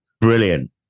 Brilliant